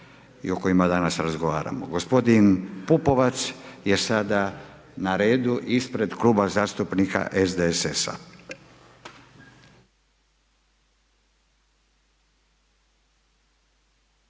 i o kojima danas razgovaramo. Gospodin Pupovac je sada na redu ispred Kluba zastupnika SDSS-a.